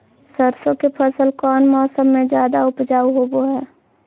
सरसों के फसल कौन मौसम में ज्यादा उपजाऊ होबो हय?